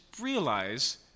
realize